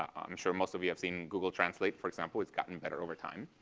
um i'm sure most of you have seen google translate, for example, we've gotten better over time.